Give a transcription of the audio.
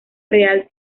real